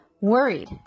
worried